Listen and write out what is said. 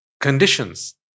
conditions